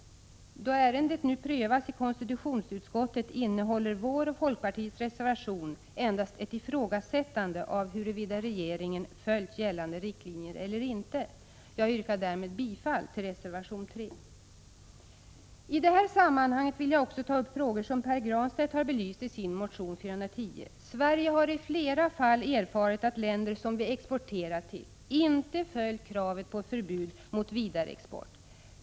Då ärendet nu prövas i konstitutionsutskottet innehåller vår och folkpartiets reservation endast ett ifrågasättande av huruvida regeringen följt gällande riktlinjer eller inte. Jag yrkar därmed bifall till reservation nr 3. I det här sammanhanget vill jag också ta upp frågor som Pär Granstedt har belyst i sin motion U410. Sverige har i flera fall erfarit att länder som vi exporterat till inte följt kravet på förbud mot vidareexport.